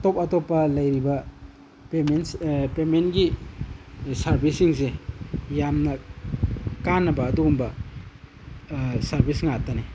ꯑꯇꯣꯞ ꯑꯇꯣꯞꯄ ꯂꯩꯔꯤꯕ ꯄꯦꯃꯦꯟꯁ ꯄꯦꯃꯦꯟꯒꯤ ꯁꯥꯔꯕꯤꯁꯤꯡꯁꯦ ꯌꯥꯝꯅ ꯀꯥꯟꯅꯕ ꯑꯗꯨꯒꯨꯝꯕ ꯁꯥꯔꯕꯤꯁ ꯉꯥꯛꯇꯅꯤ